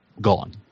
gone